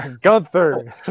Gunther